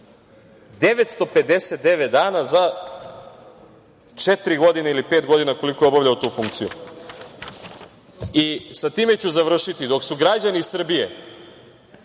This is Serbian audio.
959 dana za četiri ili pet godina, koliko je obavljao tu funkciju. Sa time ću završiti. Dok su građani Srbije